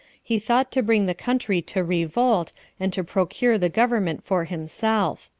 he thought to bring the country to revolt, and to procure the government for himself.